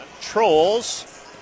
Trolls